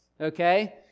okay